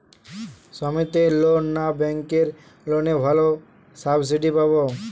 সমিতির লোন না ব্যাঙ্কের লোনে ভালো সাবসিডি পাব?